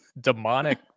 demonic